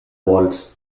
walls